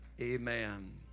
Amen